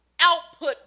output